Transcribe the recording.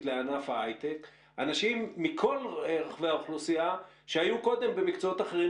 לענף ההיי-טק אנשים מכל רחבי האוכלוסייה שהיו קודם במקצועות אחרים,